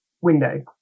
window